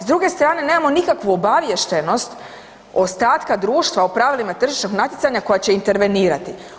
S druge strane nemamo nikakvu obaviještenost ostatka društva o pravilima tržišnog natjecanja koja će intervenirati.